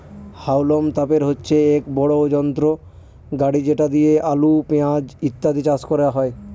হাউলম তোপের হচ্ছে এক বড় যন্ত্র গাড়ি যেটা দিয়ে আলু, পেঁয়াজ ইত্যাদি চাষ করা হয়